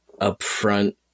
upfront